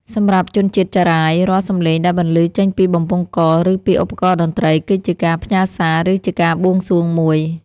សម្រាប់ជនជាតិចារាយ រាល់សម្លេងដែលបន្លឺចេញពីបំពង់ក ឬពីឧបករណ៍តន្ត្រី គឺជាការផ្ញើសារ ឬជាការបួងសួងមួយ។